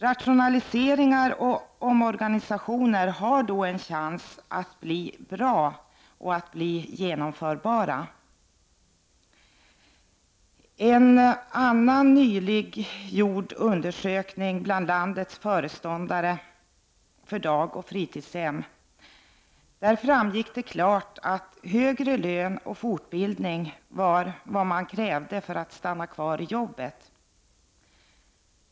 Rationaliseringar och omorganisationer har då en chans att bli bra och genomförbara. I en annan nyligen gjord undersökning bland landets föreståndare för dagoch fritidshem framgick det klart att högre lön och fortbildning var det som man krävde för att stanna kvar i arbetet.